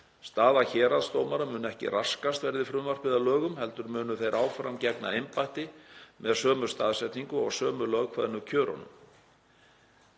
Staða héraðsdómara mun ekki raskast verði frumvarpið að lögum heldur munu þeir áfram gegna embætti með sömu staðsetningu og sömu lögkveðnu kjörunum.